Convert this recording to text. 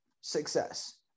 success